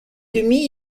demie